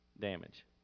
damage